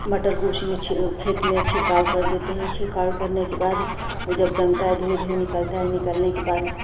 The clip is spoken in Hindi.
मटर को उसी में छि खेत में छिड़काव कर देते हैं छिड़काव करने के बाद वह जब जमता है धीरे धीरे निकलता है निकलने के बाद